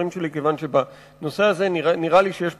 כיוון שבנושא הזה נראה לי שיש פה,